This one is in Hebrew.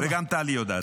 וגם טלי יודעת את זה.